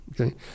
Okay